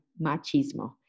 machismo